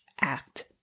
act